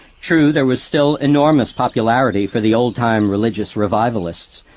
true, there was still enormous popularity for the old-time religious revivalists,